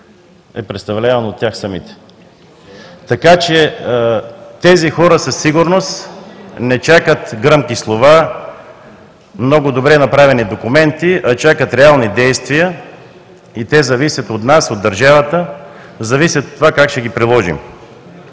е представляван от тях самите. Така че тези хора със сигурност не чакат гръмки слова, много добре направени документи, а чакат реални действия и те зависят от нас, от държавата, зависят от това как ще ги приложим.